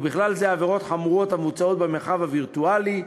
ובכלל זה עבירות חמורות המבוצעות במרחב הווירטואלי,